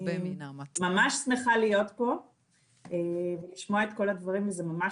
אני ממש שמחה להיות פה ולשמוע את כל הדברים כי זה ממש